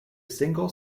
single